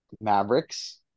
Mavericks